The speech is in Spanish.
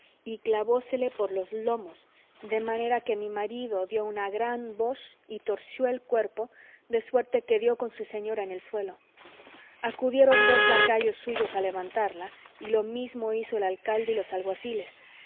y clavósele por los lomos de manera que mi marido dio una gran voz y torció el cuerpo de suerte que dio con su señora en el suelo acudieron dos lacayos suyos a levantarla y lo mismo hizo el alcalde y los alguaciles